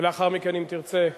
ולאחר מכן, אם תרצה תשיב,